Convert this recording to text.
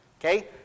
Okay